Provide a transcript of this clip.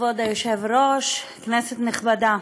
כבוד היושב-ראש, כנסת נכבדה,